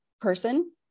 person